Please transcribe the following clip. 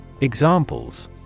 Examples